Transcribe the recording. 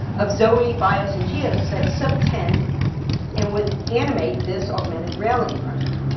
of zoe, bios, and gios that subtend and with, animate this augmented reality project?